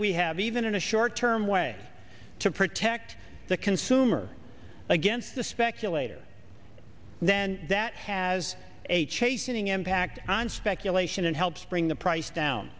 we have even in a short term way to protect the consumer against the speculators then that has a chastening impact on speculation and helps bring the price down